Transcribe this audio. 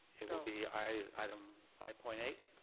it would be item five point eight